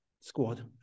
squad